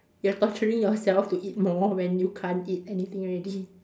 you're torturing yourself to eat more when you can't eat anything already